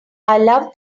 love